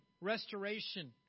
Restoration